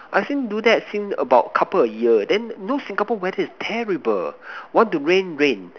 I since do that since about couple of year than you know Singapore weather is terrible want to rain rain